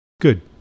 Good